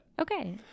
Okay